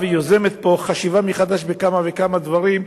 ויוזמת פה חשיבה מחדש בכמה וכמה דברים.